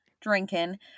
drinking